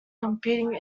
competing